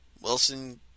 Wilson